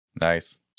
Nice